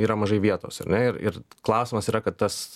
yra mažai vietos ar ne ir ir klausimas yra kad tas